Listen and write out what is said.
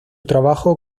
trabajo